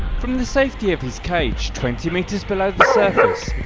from the safety of his cage twenty metres below the surface,